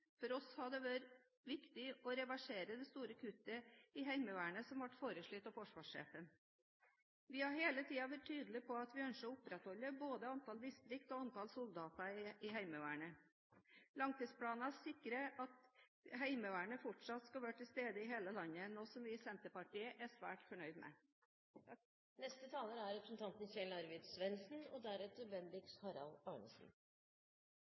For oss har det vært viktig å reversere det store kuttet i Heimevernet som ble foreslått av forsvarssjefen. Vi har hele tiden vært tydelige på at vi ønsker å opprettholde både antall distrikter og antall soldater i Heimevernet. Langtidsplanen sikrer at Heimevernet fortsatt skal være til stede i hele landet, noe vi i Senterpartiet er svært fornøyd med. Vi behandler i dag både innstillingen om langtidsplanen – der en hovedsak er anskaffelsen av nye kampfly for Luftforsvaret – og